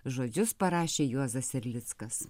žodžius parašė juozas erlickas